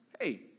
Hey